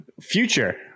future